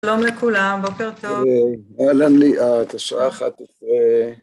שלום לכולם, בוקר טוב. אלה ניאה, השעה אחת עשרי.